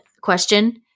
question